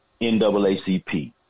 NAACP